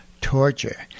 torture